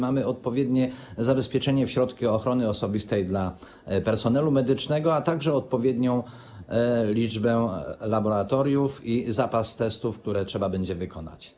Czy mamy odpowiednie zabezpieczenie, zaopatrzenie w środki ochrony osobistej dla personelu medycznego, a także odpowiednią liczbę laboratoriów i zapas testów, które trzeba będzie wykonać?